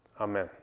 Amen